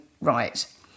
right